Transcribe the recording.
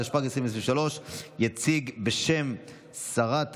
התשפ"ג 2023. יציג השר יצחק וסרלאוף בשם שרת